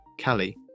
Kali